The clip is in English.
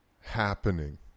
happening